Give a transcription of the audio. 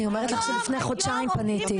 אני אומרת לך שלפני חודשיים פניתי.